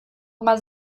immer